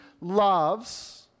loves